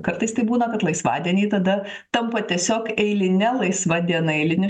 kartais tai būna kad laisvadieniai tada tampa tiesiog eiline laisva diena eiliniu